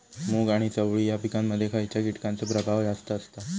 मूग आणि चवळी या पिकांमध्ये खैयच्या कीटकांचो प्रभाव जास्त असता?